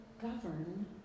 govern